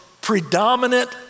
predominant